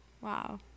Wow